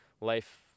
life